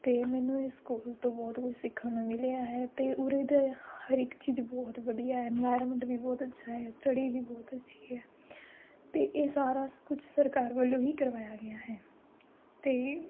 ਅਤੇ ਮੈਨੂੰ ਇਸ ਸਕੂਲ ਤੋਂ ਬਹੁਤ ਕੁਝ ਸਿੱਖਣ ਨੂੰ ਮਿਲਿਆ ਹੈ ਅਤੇ ਉਰੇ ਦੇ ਹਰੇਕ ਚੀਜ਼ ਬਹੁਤ ਵਧੀਆ ਹੈ ਵੀ ਬਹੁਤ ਅੱਛਾ ਹੈ ਸਟੱਡੀ ਵੀ ਬਹੁਤ ਅੱਛੀ ਹੈ ਅਤੇ ਇਹ ਸਾਰਾ ਕੁਝ ਸਰਕਾਰ ਵੱਲੋਂ ਹੀ ਕਰਵਾਇਆ ਗਿਆ ਹੈ ਅਤੇ